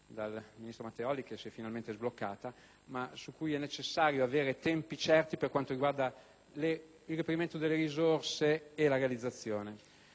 dal ministro Matteoli che tale opera si è finalmente sbloccata, ma è necessario avere tempi certi per quanto riguarda il reperimento delle risorse e la realizzazione